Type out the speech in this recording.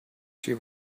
she